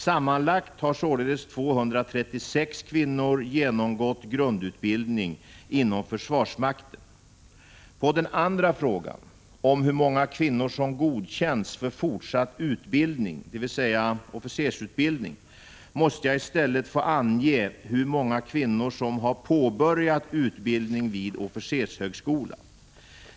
Sammanlagt har således 236 kvinnor genomgått grundutbildning inom försvarsmakten. På den andra frågan, om hur många kvinnor som godkänts för fortsatt utbildning, dvs. officersutbildning, måste jag i stället få ange hur många kvinnor som har påbörjat utbildning vid officershögskola.